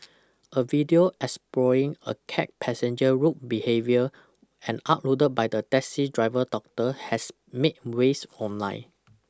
a video exposing a cab passenger's rude behaviour and uploaded by the taxi driver daughter has made waves online